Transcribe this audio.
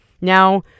Now